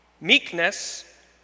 meekness